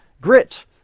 Grit